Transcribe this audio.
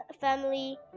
family